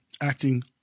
acting